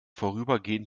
vorübergehend